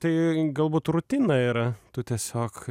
tai galbūt rutina yra tu tiesiog